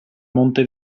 monte